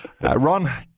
Ron